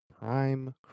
prime